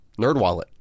NerdWallet